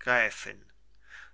gräfin